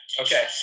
Okay